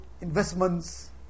investments